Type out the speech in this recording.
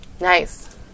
nice